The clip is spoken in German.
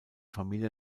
familie